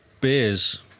Beers